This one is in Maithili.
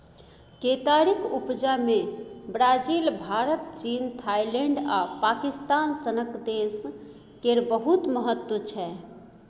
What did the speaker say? केतारीक उपजा मे ब्राजील, भारत, चीन, थाइलैंड आ पाकिस्तान सनक देश केर बहुत महत्व छै